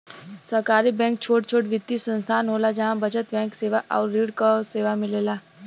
सहकारी बैंक छोट छोट वित्तीय संस्थान होला जहा बचत बैंक सेवा आउर ऋण क सेवा मिलेला